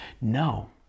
No